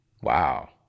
Wow